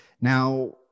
Now